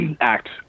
Act